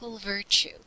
virtue